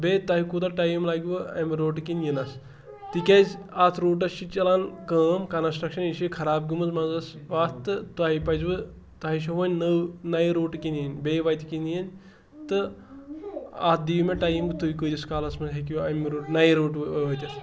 بیٚیہِ تۅہہِ کوٗتاہ ٹایم لٔگوٕ اَمہِ روٗٹہٕ کِنۍ یِنس تِکیٛازٕ اَتھ روٗٹس چھِ چَلان کٲم کَنسٹرٛکشن یہِ چھِ خراب گٲمٕژ منٛزس وتھ تہٕ تۅہہِ پَزوٕ تُہۍ چھُوٕ وۅنۍ نٔوو نَیہِ روٗٹہٕ کِنۍ یُن بیٚیہِ وَتہِ کِنۍ یُن تہٕ اَتھ دِیِو مےٚ ٹایم تُہۍ کٍتِس کالس منٛز ہیٚکِو اَمہِ روٗٹہٕ نَیہِ روٗٹہٕ وٲتِتھ